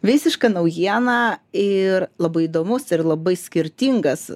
visiška naujiena ir labai įdomus ir labai skirtingas